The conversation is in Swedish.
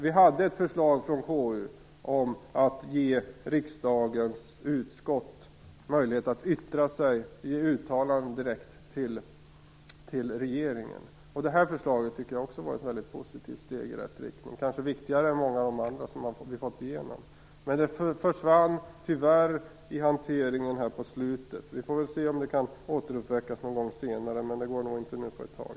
Vi hade ett förslag ifrån KU om att ge riksdagens utskott möjlighet att yttra sig i uttalanden direkt till regeringen. Det förslaget var ett positivt steg i rätt riktning, kanske viktigare än några av de andra som vi fick igenom. Men det försvann tyvärr i hanteringen här på slutet. Vi får se om det kan återuppväckas någon gång senare, men det går nog inte nu på ett tag.